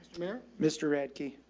mister mister radke.